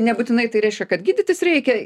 nebūtinai tai reiškia kad gydytis reikia